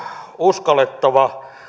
uskallettava